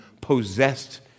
possessed